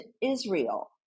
Israel